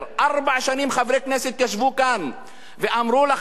ארבע שנים חברי כנסת ישבו כאן ואמרו לחיילים